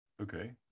Okay